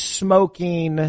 smoking